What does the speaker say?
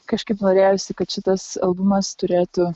kažkaip norėjosi kad šitas albumas turėtų